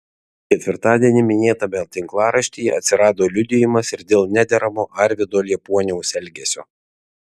ketvirtadienį minėtame tinklaraštyje atsirado liudijimas ir dėl nederamo arvydo liepuoniaus elgesio